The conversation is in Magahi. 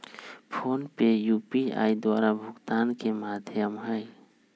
फोनपे यू.पी.आई द्वारा भुगतान के माध्यम हइ